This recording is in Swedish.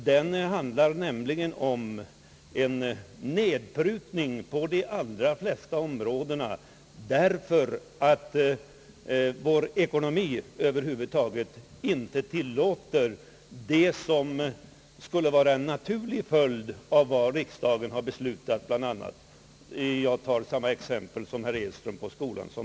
Den handlar nämligen om en nedprutning på de allra flesta områden, därför att vår ekonomi över huvud taget inte tillåter det som skulle vara en naturlig följd av vad riksdagen har beslutat, bl.a. på skolans område — jag tar samma exempel som herr Edström.